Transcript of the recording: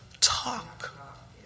talk